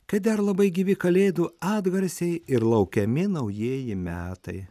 kai dar labai gyvi kalėdų atgarsiai ir laukiami naujieji metai